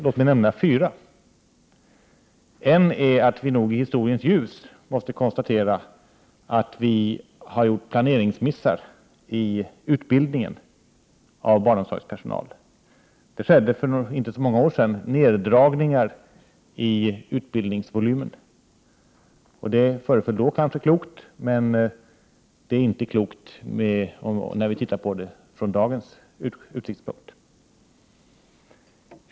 Låt mig nämna fyra: Ett skäl är nog att vi i historiens ljus måste konstatera att vi har gjort planeringsmissar i utbildningen av barnomsorgspersonal. Det skedde för inte så många år sedan neddragningar i utbildningsvolymen. Det föreföll väl då kanske klokt, men det framstår inte som klokt när vi tittar på det från dagens utsiktspunkt.